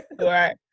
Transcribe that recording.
right